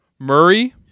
Murray